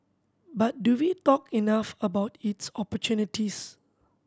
but do we talk enough about its opportunities